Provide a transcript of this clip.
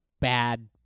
bad